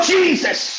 Jesus